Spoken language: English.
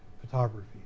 photography